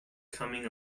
coming